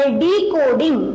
decoding